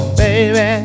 baby